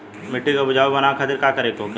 मिट्टी की उपजाऊ बनाने के खातिर का करके होखेला?